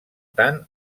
tant